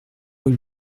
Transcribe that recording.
rue